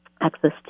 access